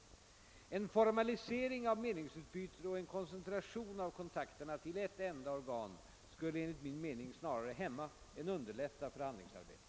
En formalisering av meningsutbytet och en koncentration av kontakterna till ett enda organ skulle enligt min mening snarare hämma än underlätta förhandlingsarbetet.